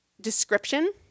description